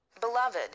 Beloved